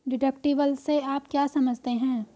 Deductible से आप क्या समझते हैं?